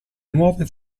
nuove